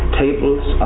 tables